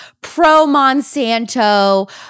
pro-Monsanto